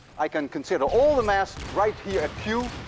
i can consider all the mass right here at q.